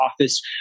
office